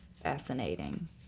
Fascinating